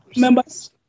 members